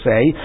Say